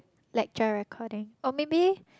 lecture recording or maybe